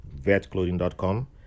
vetclothing.com